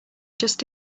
just